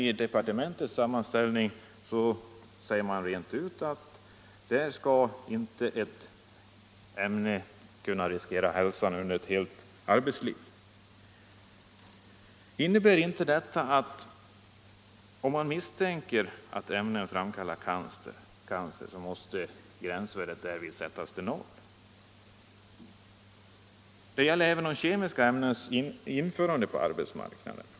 Men i departementets sammanställning sägs rent ut att ett ämne inte får användas som kan äventyra hälsan under ett helt arbetsliv. Innebär inte detta att gränsvärdet för ett ämne som kan misstänkas framkalla cancer måste sättas till 0? Detsamma gäller kemiska ämnens införande på arbetsmarknaden.